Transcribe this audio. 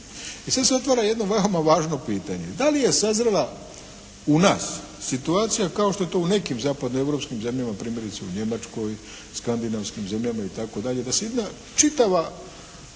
I sa da se otvara jedno veoma važno pitanje. Da li je sazrela u nas situacija kao što je to u nekim zapadnoeuropskim zemljama primjerice u Njemačkoj, skandinavskim zemljama itd. da se čitavo